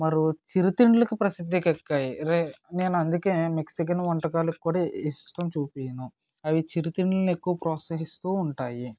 మరి చిరుతిండ్లకి ప్రసిద్ధికెక్కాయి నేను అందుకే మెక్సికన్ వంటకాలకి కూడా ఇష్టం చూపించను అవి చిరుతిండ్లను ఎక్కువ ప్రోత్సహిస్తూ ఉంటాయి